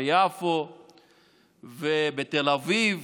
ביפו ובתל אביב.